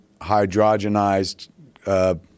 hydrogenized